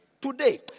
Today